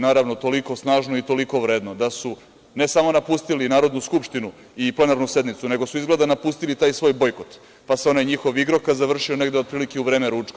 Naravno toliko snažno i toliko vredno da su ne samo napustili Narodnu skupštinu i plenarnu sednicu, nego su izgleda napustili taj svoj bojkot, pa se onaj njihov igrokaz završio negde otprilike u vreme ručka.